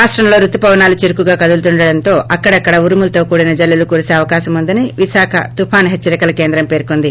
రాష్షంలో బుతు పవనాలు చురుకుగా కడులుతుండడంతో అక్కడక్కడ ఉరుములతో కూడిన జల్లులు కురిసే అవకాశం ఉందని విశాఖ తుపాన్ హెచ్చరికల కేంద్రం పేర్కోంది